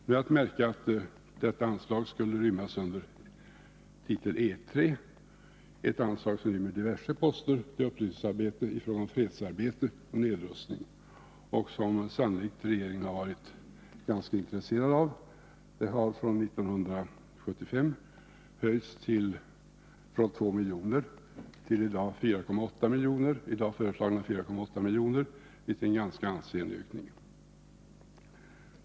Det är att märka att detta anslag skulle rymmas under titeln E3, ett anslag som rymmer diverse poster — det är upplysning i fråga om fredsarbete och nedrustning — och som regeringen sannolikt har varit ganska intresserad av. Det föreslås höjt från 2 milj.kr., som det var 1975, till 4,8 milj.kr., vilket är en ganska ansenlig höjning.